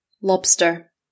Lobster